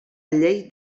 llei